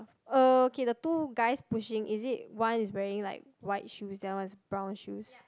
uh okay the two guys pushing is it one is wearing like white shoes the other one is brown shoes